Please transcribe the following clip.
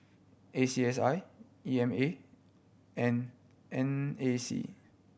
A C S I E M A and N A C